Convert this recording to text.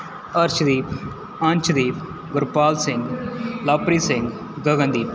Arshdeep Anshdeep Gurpal Singh Lovepreet Singh Gagandeep